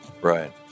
Right